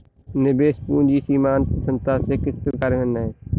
निवेश पूंजी सीमांत क्षमता से किस प्रकार भिन्न है?